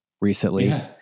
recently